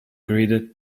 greeted